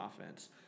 offense